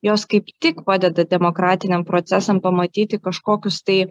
jos kaip tik padeda demokratiniam procesam pamatyti kažkokius tai